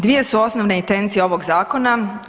Dvije su osnovne intencije ovog zakona.